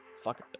Fuck